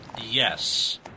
Yes